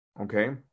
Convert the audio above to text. Okay